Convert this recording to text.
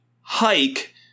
hike